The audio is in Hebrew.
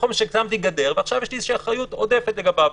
שמתי גדר ועכשיו יש לי אחריות עודפת לגביו.